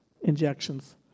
injections